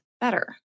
better